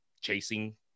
chasing